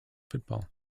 football